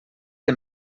que